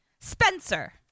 Spencer